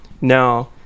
Now